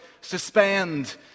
suspend